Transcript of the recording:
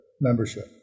membership